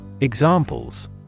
Examples